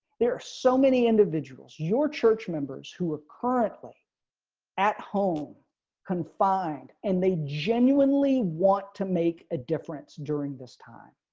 there are so many individuals your church members who are currently at home confined and they genuinely want to make a difference. during this time,